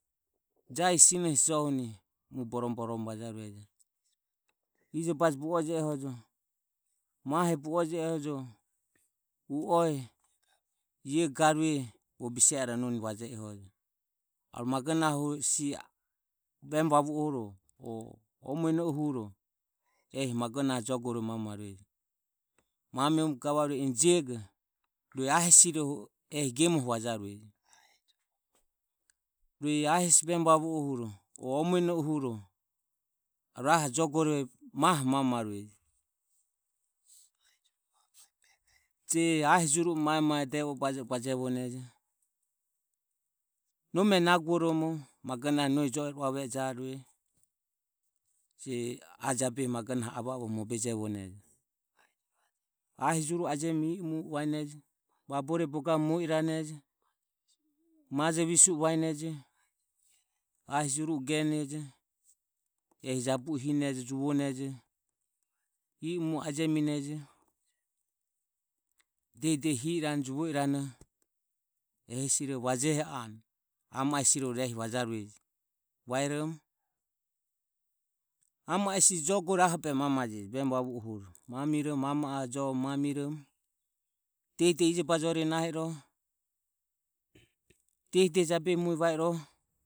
Jahi sinoho hesi johuni mu borome borome vajaruejo ijobaje bu o je e hojo mahe bu o je e hojo u oe bu o je e hojo ie garue bogo bisemu vaje e hojo. E magonahe o o mueno o huro ehi magonahoho jogore mamiromo eni jego. A hesi ro huro mu gemoho vajarueje rue a hesi aribovohuro o o muenohuro arue aho jogore maho mamarueje je ahi juru e mae mae vajevone nome naguoromo magonahe nohi jo e ro uave ero. Je a jabehi magonahe avo avoho mobene ahi jurue ajemiromo i o mu e vaine vabore bogavo muo i ranejo majo visue vaenejo ahi jurue genejo. Ehi jabu o hiromo juvonejo i o mu e ajaminejo diehi diehi juvo i ranoho e hesiroho vajeho anue ehi vaeromo ama e hesi jogore aho o mamarueje vemo vavohuro hiromo ama oho joho mamiromo diehi diehi ijobaje ore naho i rohe, diehi diehi mue vairohe.